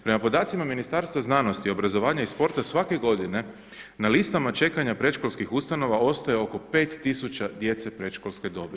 Prema podacima Ministarstva znanosti, obrazovanja i sporta svake godine na listama čekanja predškolskih ustanova ostaje oko 5 tisuća djece predškolske dobi.